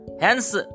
Hence